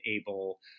able